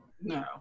no